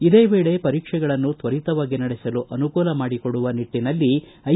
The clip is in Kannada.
ಇದೇ ವೇಳೆ ಪರೀಕ್ಷೆಗಳನ್ನು ತ್ವರಿತವಾಗಿ ನಡೆಸಲು ಅನುಕೂಲ ಮಾಡಿಕೊಡುವ ನಿಟ್ಟನಲ್ಲಿ ಐ